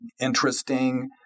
interesting